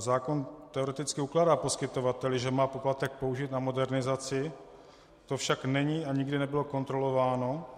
Zákon teoreticky ukládá poskytovateli, že má poplatek použít na modernizaci, to však není a nikdy nebylo kontrolováno.